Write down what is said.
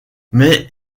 mais